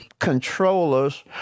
Controllers